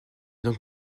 donc